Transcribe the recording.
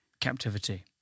captivity